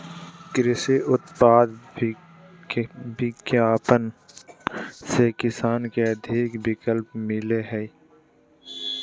कृषि उत्पाद विपणन से किसान के अधिक विकल्प मिलो हइ